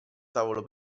tavolo